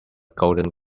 golden